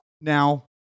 Now